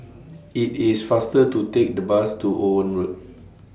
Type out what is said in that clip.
IT IS faster to Take The Bus to Owen Road